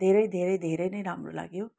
धेरै धेरै धेरै नै राम्रो लाग्यो